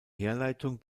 herleitung